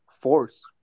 force